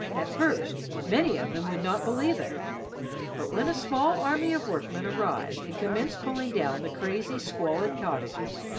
at first, many of them would not believe it but when a small army of workmen arrived and commenced pulling down the crazy, squalid cottages,